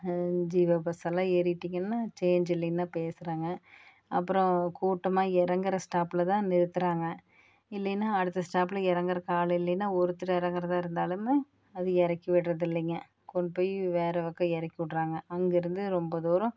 ஜீவா பஸ்ஸெல்லாம் ஏறிட்டீங்கன்னா சேஞ்ச் இல்லைன்னா பேசுகிறாங்க அப்புறம் கூட்டமாக இறங்குற ஸ்டாப்பில் தான் நிறுத்துகிறாங்க இல்லைன்னா அடுத்த ஸ்டாப்பில் எறங்குறதுக்கு ஆள் இல்லைன்னா ஒருத்தர் இறங்குறதா இருந்தாலும் அது இறக்கி விடுறதில்லிங்க கொண்டு போய் வேற பக்கம் இறக்கி விட்றாங்க